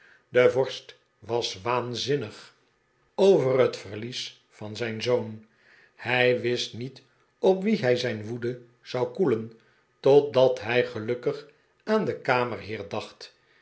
museum e lies van zijn zoon hij wist niet op wien hij zijn woede zou koelen totdat hij gelukkig aan den kamerheer dacht